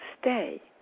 stay